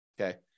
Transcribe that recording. okay